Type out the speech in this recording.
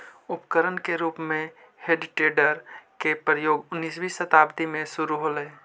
उपकरण के रूप में हेइ टेडर के प्रयोग उन्नीसवीं शताब्दी में शुरू होलइ